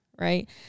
right